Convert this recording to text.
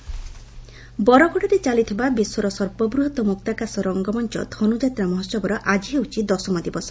ଧନ୍ ଯାତ୍ରା ବରଗଡ଼ରେ ଚାଲିଥିବା ବିଶ୍ୱର ସର୍ବବୃହତ ମୁକ୍ତାକାଶ ରଙ୍ଙମଂଚ ଧନୁଯାତ୍ରା ମହୋହବର ଆକି ହେଉଛି ଦଶମ ଦିବସ